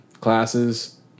classes